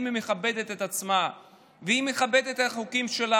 אם היא מכבדת את עצמה ואם היא מכבדת את החוקים שלה,